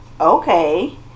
Okay